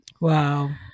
Wow